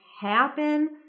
happen